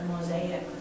mosaic